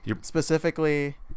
specifically